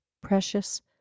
precious